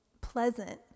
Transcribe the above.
pleasant